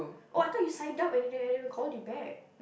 oh I thought you signed up and they didn't they didn't call you back